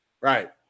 Right